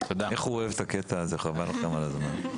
איך הוא אוהב את הקטע הזה, חבל לכם על הזמן.